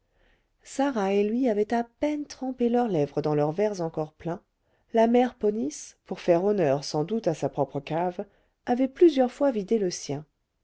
sarah et lui avaient à peine trempé leurs lèvres dans leurs verres encore pleins la mère ponisse pour faire honneur sans doute à sa propre cave avait plusieurs fois vidé le sien